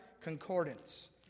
Concordance